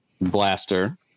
blaster